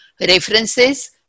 references